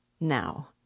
Now